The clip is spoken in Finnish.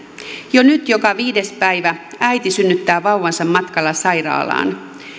jo nyt joka viides päivä äiti synnyttää vauvansa matkalla sairaalaan